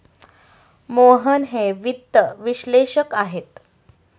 मोहन हे वित्त विश्लेषक आहेत